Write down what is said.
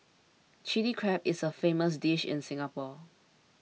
Chilli Crab is a famous dish in Singapore